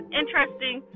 interesting